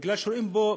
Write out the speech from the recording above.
בגלל שאין בו,